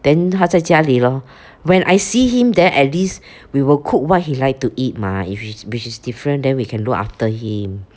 then 他在家里 lor when I see him there at least we will cook what he like to eat mah which is which is different then we can look after him